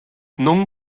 known